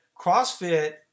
CrossFit